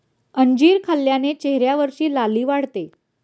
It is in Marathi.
अंजीर खाल्ल्याने चेहऱ्यावरची लाली वाढते